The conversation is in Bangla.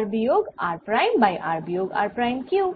r বিয়োগ r প্রাইম বাই r বিয়োগ r প্রাইম কিউব